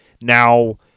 Now